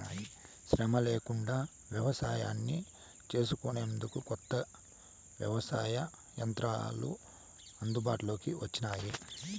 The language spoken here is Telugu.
శ్రమ లేకుండా వ్యవసాయాన్ని చేసుకొనేందుకు కొత్త వ్యవసాయ యంత్రాలు అందుబాటులోకి వచ్చినాయి